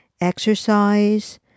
exercise